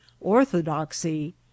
orthodoxy